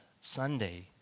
Sunday